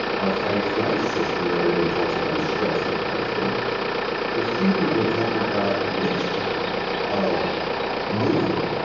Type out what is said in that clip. our fight-flight system that everyone talks about, is stress and fight-flight but few people talk about the mixture of movement,